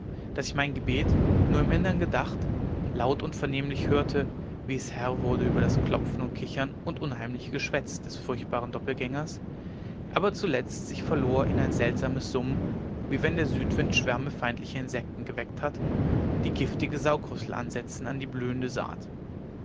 daß ich mein gebet nur im innern gedacht laut und vernehmlich hörte wie es herr wurde über das klopfen und kichern und unheimliche geschwätz des furchtbaren doppeltgängers aber zuletzt sich verlor in ein seltsames summen wie wenn der südwind schwärme feindlicher insekten geweckt hat die giftige saugrüssel ansetzen an die blühende saat